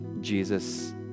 Jesus